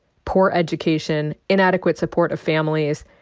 poor education, inadequate support of families,